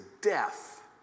death